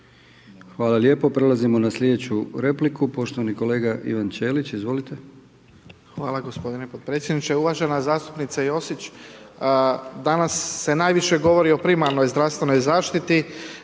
Hvala lijepo. Prelazimo na sljedeću repliku, poštovani kolega Ivan Ćelić izvolite.